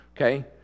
Okay